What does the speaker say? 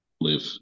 live